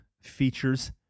features